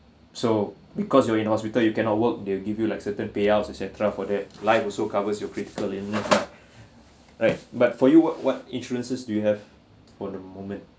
so because you're in hospital you cannot work they will give you like certain payouts etcetera for that life also covers your critical illness right but for you what insurances do you have for the moment